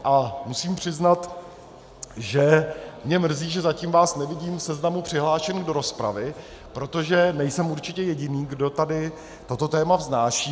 A musím přiznat, mě mrzí, že zatím vás nevidím v seznamu přihlášených do rozpravy, protože nejsem určitě jediný, kdo tady toto téma vznáší.